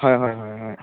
হয় হয় হয় হয়